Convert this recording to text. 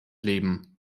leben